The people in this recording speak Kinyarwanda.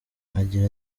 agira